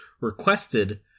requested